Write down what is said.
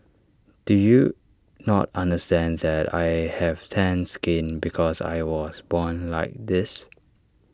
do you not understand that I have tanned skin because I was born like this